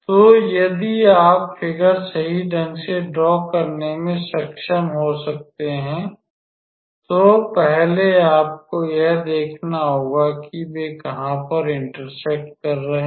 तो यदि आप फ़िगर सही ढंग से ड्रॉ करने में सक्षम हो सकते हैं तो पहले आपको यह देखना होगा कि वे कहां पर इंटरसेक्ट कर रहे हैं